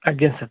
ଆଜ୍ଞା ସାର୍